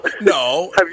No